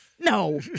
No